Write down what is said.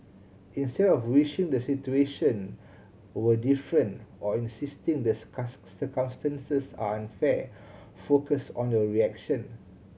instead of wishing the situation were different or insisting the circumstances are unfair focus on your reaction